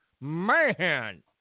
Man